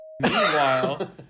meanwhile